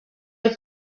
have